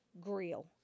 grill